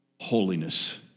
Holiness